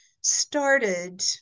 started